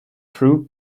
crew